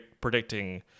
predicting